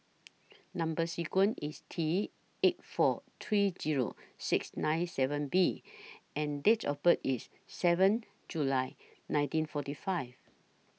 Number sequence IS T eight four three Zero six nine seven B and Date of birth IS seven July nineteen forty five